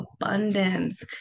abundance